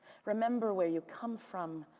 remember where you come from.